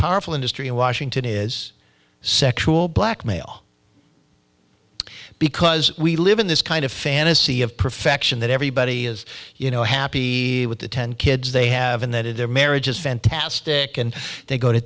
powerful industry in washington is sexual blackmail because we live in this kind of fantasy of perfection that everybody is you know happy with the ten kids they have and that in their marriage is fantastic and they go to